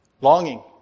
longing